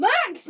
Max